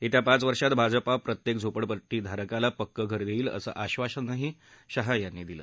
येत्या पाच वर्षात भाजपा प्रत्येक झोपडीधारकाला पक्कं घर देईल असं आश्वासनही शहा यांनी दिलं